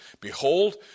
Behold